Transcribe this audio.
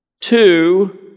Two